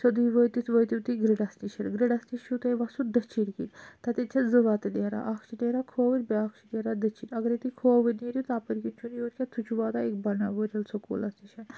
سیٚودُے وٲتتھ وٲتِو تُہۍ گرٛڈَس نِش گرٛڈَس نِش چھُو تۄہہِ وَسُن دٔچھِنۍ کِنۍ تَتؠن چھِ زٕ وَتہٕ نیران اَکھ چھِ نیران کھوٕرۍ بیٛاکھ چھ نیران دٔچھِنۍ اَگرے تُہۍ کھوٕرۍ نیرو تپٲرۍ کِنۍ چھُنہٕ یُن کیٚنٛہہ سُہ چھُ واتان بَنا وٲیِل سکُولَس نِش